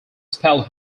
spelled